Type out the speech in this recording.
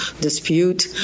dispute